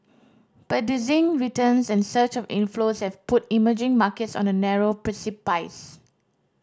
but dizzying returns and a surge of inflows have put emerging markets on a narrow precipice